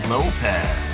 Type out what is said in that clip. Lopez